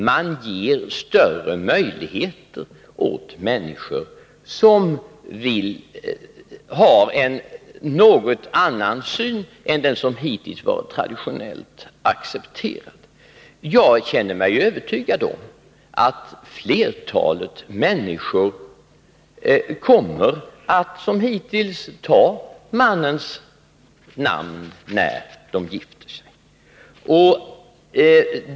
Man ger större möjligheter åt människor som har en något annan syn än den som hittills varit traditionellt accepterad. Jag känner mig övertygad om att flertalet människor, som hittills, kommer att ta mannens namn när de gifter sig.